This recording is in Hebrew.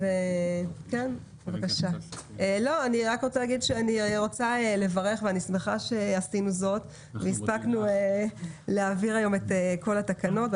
אני רוצה לברך ואני שמחה שעשינו זאת והספקנו להעביר היום את כל התקנות.